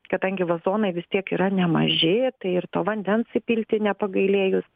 kadangi vazonai vis tiek yra nemaži tai ir to vandens įpilti nepagailėjus